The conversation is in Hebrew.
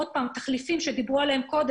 כפי שהוזכר קודם,